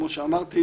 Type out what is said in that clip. כמו שאמרתי,